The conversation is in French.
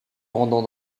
rendent